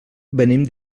venim